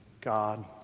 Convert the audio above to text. God